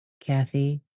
Kathy